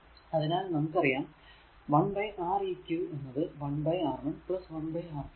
അതിനാൽ നമുക്ക് അറിയാം 1 R eq എന്നത് 1 R1 1 R2 ആണ്